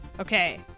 Okay